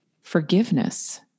forgiveness